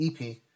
EP